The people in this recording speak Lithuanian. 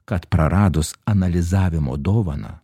kad praradus analizavimo dovaną